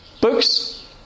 books